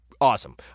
awesome